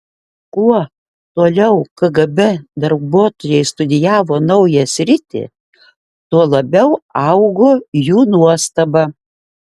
kuo toliau kgb darbuotojai studijavo naują sritį tuo labiau augo jų nuostaba